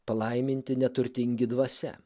palaiminti neturtingi dvasia